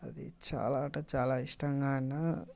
అది చాలా అంటే చాలా ఇష్టంగా ఆడినా